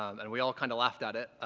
um and we all kind of laughed at it,